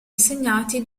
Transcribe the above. assegnati